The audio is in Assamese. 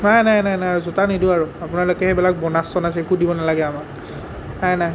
নাই নাই নাই নাই আৰু জোতা নিদিওঁ আৰু আপোনালোকে এইবিলাক ব'নাছ চ'নাছ একো দিব নালাগে আমাক নাই নাই